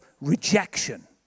rejection